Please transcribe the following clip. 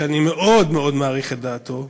שאני מאוד מאוד מעריך את דעתו,